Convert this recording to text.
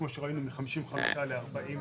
כמו שראינו מ-55 ל-49,